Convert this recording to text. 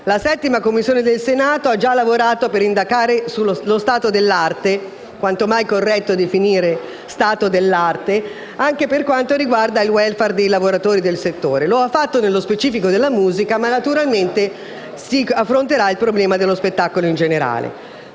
La 7a Commissione del Senato ha già lavorato per indagare sullo stato dell'arte (quanto mai corretta questa definizione) anche per quanto riguarda il *welfare* dei lavoratori del settore. Lo ha fatto nello specifico per la musica, ma naturalmente si affronterà il problema dello spettacolo in generale.